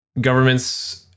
governments